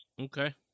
Okay